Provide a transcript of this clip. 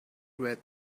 read